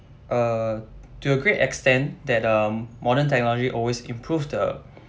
uh to a great extent that um modern technology always improve the